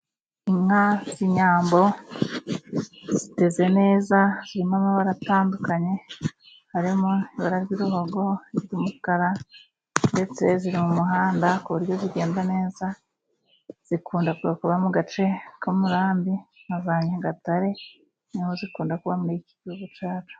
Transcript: Inka z'inyambo ziteze neza zirimo amabara atandukanye harimo:ibara ry'uruhogo, umukara ndetse ziri mu muhanda ku buryo zigenda neza, zikunda kuba mu gace k'um'urambi nka za Nyagatare niho zikunda kuba muri iki gihugu cyacu.